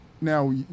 now